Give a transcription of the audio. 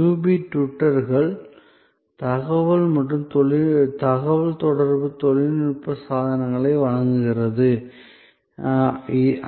UB ட்விட்டர்கள் தகவல் மற்றும் தகவல் தொடர்பு தொழில்நுட்ப சாதனங்களை வழங்குகிறது